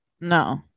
No